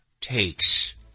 takes